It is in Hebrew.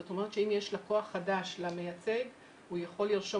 זאת אומרת שאם יש לקוח חדש למייצג הוא יכול לרשום